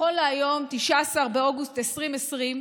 נכון להיום, 19 באוגוסט 2020,